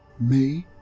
me?